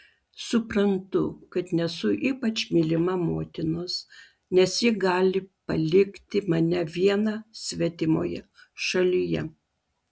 suprantu kad nesu ypač mylima motinos nes ji gali palikti mane vieną svetimoje šalyje